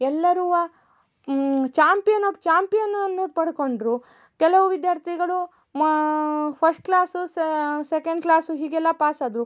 ಎಲ್ಲರು champion of ಚಾಂಪಿಯನನ್ನು ಪಡ್ಕೊಂಡರು ಕೆಲವು ವಿದ್ಯಾರ್ಥಿಗಳು ಮಾ ಫಸ್ಟ್ ಕ್ಲಾಸು ಸೆಕೆಂಡ್ ಕ್ಲಾಸು ಹೀಗೆಲ್ಲ ಪಾಸಾದರು